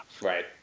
right